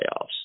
playoffs